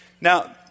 now